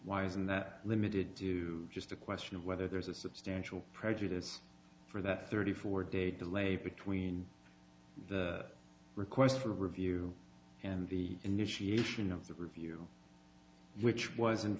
why isn't that limited to just a question of whether there's a substantial prejudice for that thirty four day delay between the request for review and the initiation of the review which was